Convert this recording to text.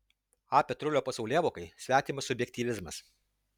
a petrulio pasaulėvokai svetimas subjektyvizmas